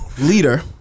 Leader